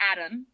Adam